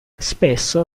spesso